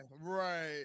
Right